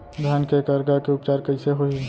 धान के करगा के उपचार कइसे होही?